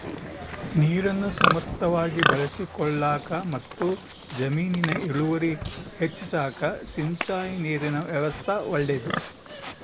ನೀರನ್ನು ಸಮರ್ಥವಾಗಿ ಬಳಸಿಕೊಳ್ಳಾಕಮತ್ತು ಜಮೀನಿನ ಇಳುವರಿ ಹೆಚ್ಚಿಸಾಕ ಸಿಂಚಾಯಿ ನೀರಿನ ವ್ಯವಸ್ಥಾ ಒಳ್ಳೇದು